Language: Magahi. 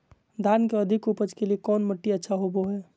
धान के अधिक उपज के लिऐ कौन मट्टी अच्छा होबो है?